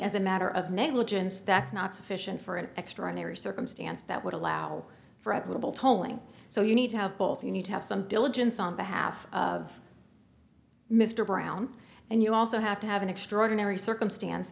as a matter of negligence that's not sufficient for an extraordinary circumstance that would allow for a little tolling so you need to have both you need to have some diligence on behalf of mr brown and you also have to have an extraordinary circumstance